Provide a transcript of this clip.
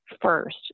first